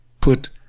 Put